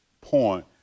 point